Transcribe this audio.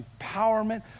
empowerment